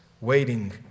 Waiting